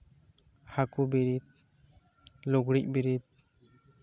ᱦᱟᱹᱠᱩ ᱵᱤᱨᱤᱫ ᱞᱩᱜᱽᱲᱤᱡ ᱵᱤᱨᱤᱫ